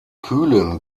kühlen